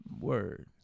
Word